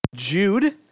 Jude